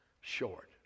short